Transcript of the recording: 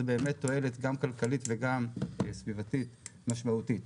זאת באמת תועלת גם כלכלית וגם סביבתית משמעותי.